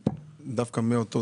כן.